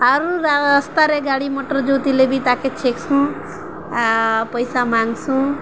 ଆରୁ ରା ରାସ୍ତାରେ ଗାଡ଼ିମଟର ଜୋତିଥିଲେ ବି ତାକେ ଛେକସୁଁ ଆ ପଇସା ମାଂଗସୁଁ